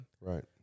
Right